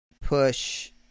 push